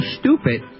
stupid